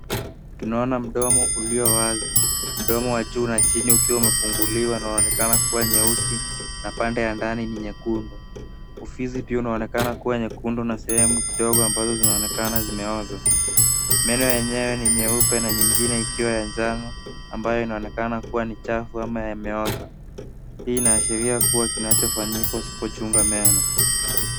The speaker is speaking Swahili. Tunaona mdomo ulio wazi. Mdomo una meno yaliyo wazi, yamefunguka na yanaonekana kuwa nyeupe, na pande ndani yake ni nyeusi. Ufizi pia unaonekana kuwa nyeusi na unapo na alama ndogo ambazo zinaonekana zimeoza. Meno yenyewe ni nyeupe, na mengine ikiwa ya njano, ambayo yanaonekana kuwa chafu au yameoza. Hii inaonyesha kuwa hakuna utunzaji wa meno.